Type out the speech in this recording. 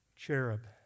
Cherub